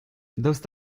daoust